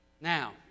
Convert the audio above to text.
Now